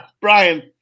Brian